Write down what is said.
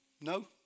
no